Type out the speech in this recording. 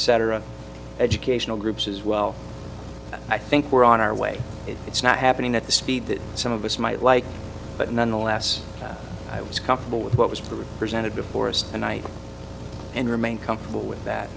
etc educational groups as well i think we're on our way if it's not happening at the speed that some of us might like but nonetheless i was comfortable with what was the presented before us and i and remain comfortable with that